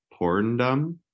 porndom